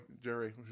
Jerry